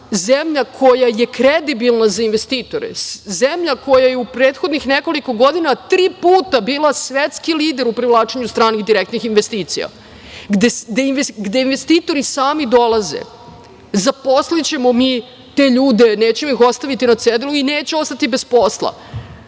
zemlja koja je kredibilna za investitore, zemlja koja je u prethodnih nekoliko godina tri puta bila svetski lider u privlačenju stranih direktnih investicija, gde investitori sami dolaze. Zaposlićemo mi te ljude, nećemo ih ostaviti na cedilu i neće ostati bez posla.